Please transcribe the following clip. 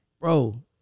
bro